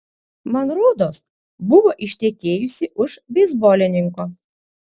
man rodos buvo ištekėjusi už beisbolininko